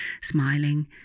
smiling